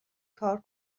کار